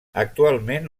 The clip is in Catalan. actualment